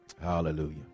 Hallelujah